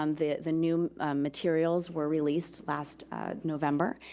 um the the new materials were released last november,